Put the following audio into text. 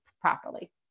properly